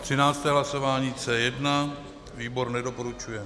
Třinácté hlasování C1, výbor nedoporučuje.